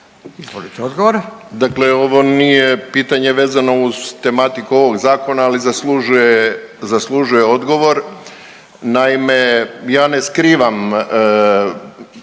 Silvano (HSU)** Dakle, ovo nije pitanje vezano uz tematiku ovog zakona, ali zaslužuje odgovor. Naime, ja ne skrivam